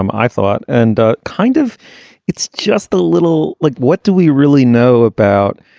um i thought and ah kind of it's just the little like, what do we really know about,